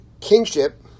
kingship